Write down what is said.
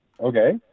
okay